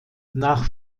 nach